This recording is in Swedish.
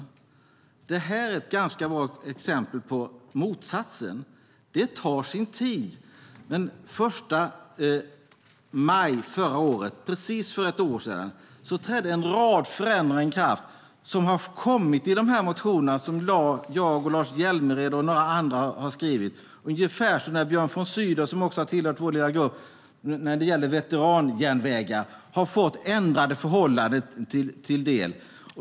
Det här är ett ganska bra exempel på motsatsen. Det tar sin tid, men den 1 maj förra året, precis för ett år sedan, trädde en rad förändringar i kraft som föreslagits i de motioner som jag, Lars Hjälmered och några andra skrivit. Björn von Sydow, som tillhört vår lilla grupp när det gäller veteranjärnvägar, har också fått till stånd ändrade förhållanden.